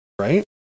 right